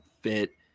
fit